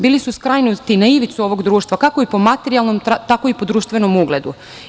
Bili su skrajnuti na ivicu ovog društva, kako po materijalnom, tako i po društvenom ugledu.